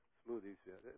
smoothies